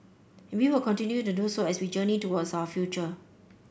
and we will continue to do so as we journey towards our future